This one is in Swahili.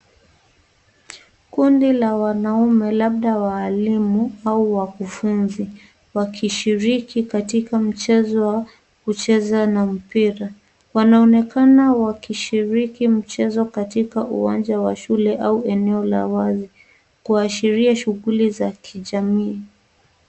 Kundi la wanaume labda walimu au wanafunzi wakishiriki katika mchezo wa kucheza na mpira . Wanaonekana wakishiriki mchezo katikati uwanja wa shule au eneo la wazi kuashiria shughuli za kijamii.